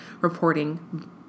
reporting